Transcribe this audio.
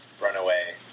Runaway